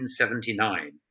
1979